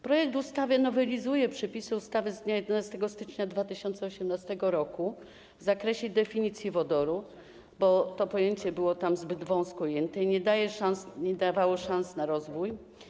Projekt ustawy nowelizuje przepisy ustawy z dnia 11 stycznia 2018 r. w zakresie definicji wodoru, bo to pojęcie było tam zbyt wąsko ujęte i nie dawało szans na rozwój.